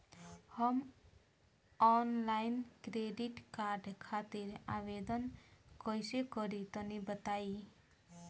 हम online credit card खातिर आवेदन कइसे करि तनि बताई?